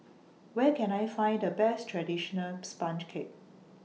Where Can I Find The Best Traditional Sponge Cake